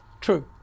True